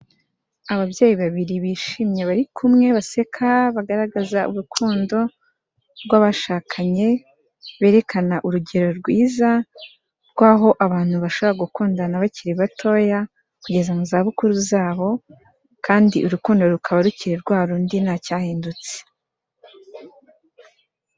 Ababyeyi babiri bishimye bari kumwe baseka bagaragaza urukundo rw'abashakanye, berekana urugero rwiza rw'aho abantu bashobora gukundana bakiri batoya kugeza mu zabukuru zabo, kandi urukundo rukaba rukiri rwa rundi ntacyahindutse.